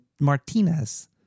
Martinez